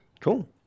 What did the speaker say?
Cool